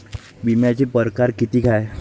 बिम्याचे परकार कितीक हाय?